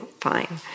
fine